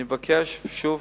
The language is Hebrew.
אני מבקש שוב,